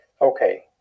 Okay